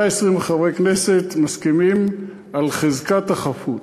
120 חברי כנסת מסכימים על חזקת החפות.